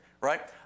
right